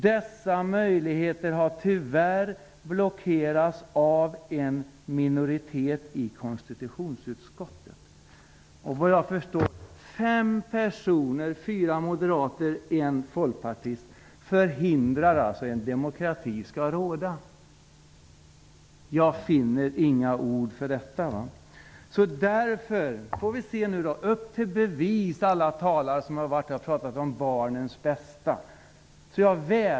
Dessa möjligheter har tyvärr blockerats av en minoritet i konstitutionsutskottet.'' förhindrar alltså att demokrati skall råda. Jag finner inga ord! Upp till bevis alla som har varit och talat om barnens bästa.